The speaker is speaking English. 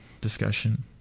discussion